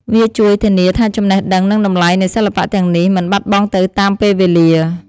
វាជួយធានាថាចំណេះដឹង និងតម្លៃនៃសិល្បៈទាំងនេះមិនបាត់បង់ទៅតាមពេលវេលា។